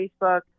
Facebook